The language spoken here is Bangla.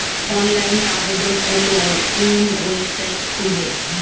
অনলাইনে আবেদন করলে কোন ওয়েবসাইট খুলব?